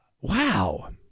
Wow